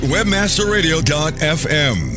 WebmasterRadio.fm